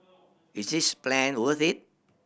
is this plan worth it